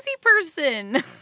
person